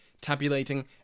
tabulating